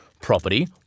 property